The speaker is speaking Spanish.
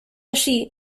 allí